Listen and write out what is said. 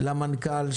למנכ"ל,